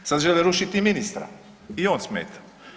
Sad žele rušiti i ministra i on smeta.